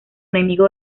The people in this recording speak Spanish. enemigo